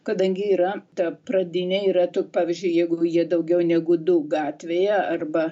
kadangi yra ta pradinė yra tų pavyzdžiui jeigu jie daugiau negu du gatvėje arba